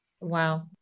Wow